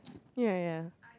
ya ya